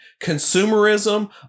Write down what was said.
Consumerism